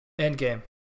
Endgame